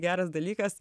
geras dalykas